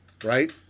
Right